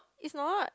is not